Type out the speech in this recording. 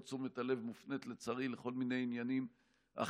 כל תשומת הלב מופנית לצערי לכל מיני עניינים אחרים,